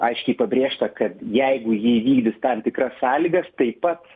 aiškiai pabrėžta kad jeigu ji įvykdys tam tikras sąlygas taip pat